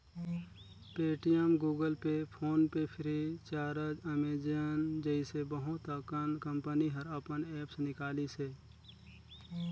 Paytm, Google Pay, PhonePe FreeCharge, Amazon जइसे बहुत अकन कंपनी हर अपन ऐप्स निकालिसे